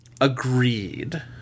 Agreed